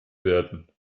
werden